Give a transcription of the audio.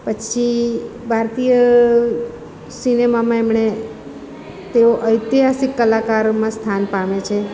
પછી ભારતીય સિનેમામાં એમણે તેઓ ઍૈતિહાસિક કલાકારોમાં સ્થાન પામે છે